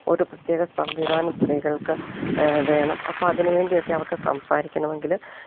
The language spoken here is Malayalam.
ഒരു പ്രത്യേക സംവിധാനം സ്ത്രീകൾക്ക് വേണം അപ്പം അതിന് വേണ്ടിയൊക്കെ അവർക്ക് സംസാരിക്കണമെങ്കിൽ